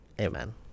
Amen